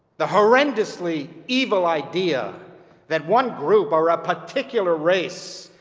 the horrendously evil idea that one group, or a particular race,